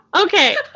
Okay